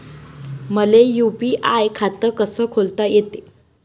मले यू.पी.आय खातं कस खोलता येते?